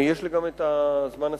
יש לי גם את הזמן הסיעתי.